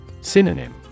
Synonym